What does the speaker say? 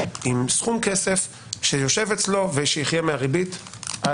עם סכום כסף שיושב אצל הילד הזה ושיחיה מהריבית שלה